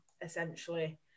essentially